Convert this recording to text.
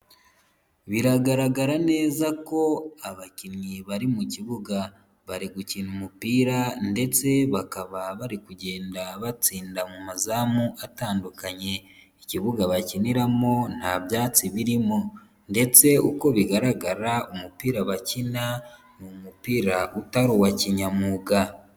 Biragaragara neza ko abakinnyi bari mu kibuga, bari gukina umupira ndetse bakaba bari kugenda batsinda mu mazamu atandukanye, ikibuga bakiniramo nta byatsi birimo ndetse uko bigaragara umupira bakina ni umupira utari uwa kinyamwuga.